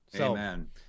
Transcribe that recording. Amen